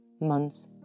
months